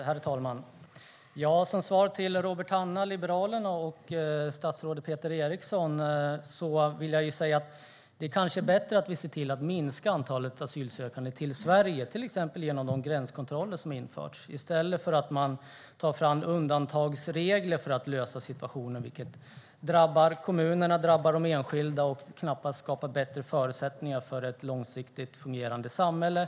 Herr talman! Som svar till Robert Hannah, Liberalerna, och statsrådet Peter Eriksson vill jag säga att det kanske är bättre att vi ser till att minska antalet asylsökande i Sverige, till exempel genom de gränskontroller som införts, i stället för att ta fram undantagsregler för att lösa situationen, vilket drabbar kommunerna och de enskilda och knappast skapar bättre förutsättningar för ett långsiktigt fungerande samhälle.